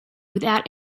without